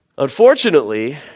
Unfortunately